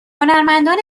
هنرمندان